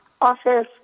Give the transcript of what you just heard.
Office